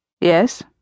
Yes